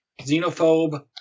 Xenophobe